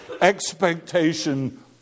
expectation